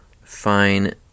fine